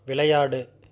விளையாடு